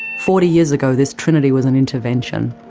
forty years ago, this trinity was an intervention,